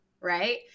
Right